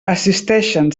assisteixen